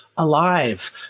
alive